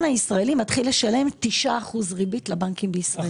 הישראלי מתחיל לשלם 9% ריבית לבנקים בישראל.